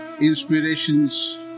inspirations